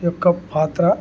యొక్క పాత్ర